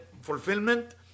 fulfillment